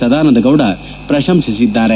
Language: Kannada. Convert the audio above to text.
ಸದಾನಂದ ಗೌಡ ಪ್ರಶಂಸಿದ್ದಾರೆ